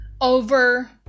over